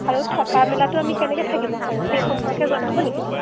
আৰু থকা মেলাটো আমি কেনেকৈ থাকিব পাৰিম সেই সম্পৰ্কে জনাব নেকি